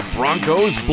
Broncos